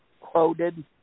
quoted